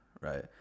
right